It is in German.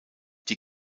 die